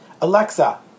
Alexa